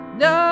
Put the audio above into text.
no